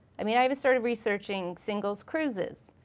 i mean i um started researching singles cruises.